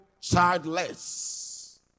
childless